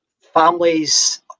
families